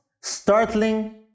startling